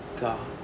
God